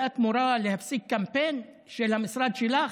ואת מורה להפסיק קמפיין של המשרד שלך,